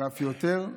ואף יותר.